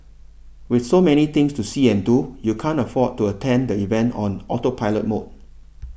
with so many things to see and do you can't afford to attend the event on autopilot mode